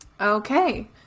okay